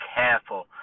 careful